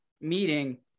meeting